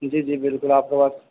جی جی بالکل آپ کو بس